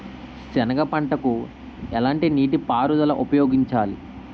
సెనగ పంటకు ఎలాంటి నీటిపారుదల ఉపయోగించాలి?